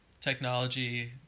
technology